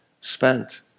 spent